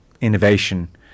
innovation